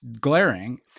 glaring